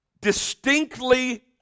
Distinctly